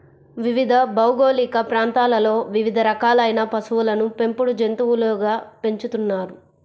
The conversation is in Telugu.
వివిధ భౌగోళిక ప్రాంతాలలో వివిధ రకాలైన పశువులను పెంపుడు జంతువులుగా పెంచుతున్నారు